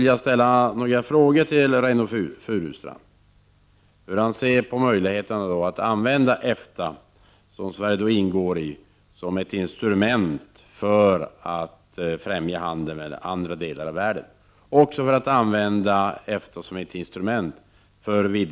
Låt mig fråga Reynoldh Furustrand hur han ser på möjligheterna att använda EFTA, som Sverige ingår i, som ett instrument för att främja handeln med andra delar av världen och vidga handeln med Östeuropa.